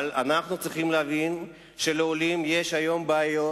אבל אנחנו צריכים להבין שלעולים יש היום בעיות